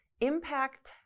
impact